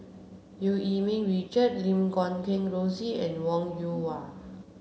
Eu Yee Ming Richard Lim Guat Kheng Rosie and Wong Yoon Wah